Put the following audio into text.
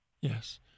Yes